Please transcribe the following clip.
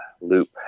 loop